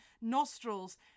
nostrils